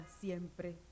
siempre